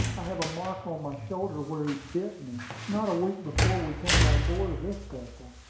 i have a mark on my shoulder where he bit me, not a week before we came on board of this vessel.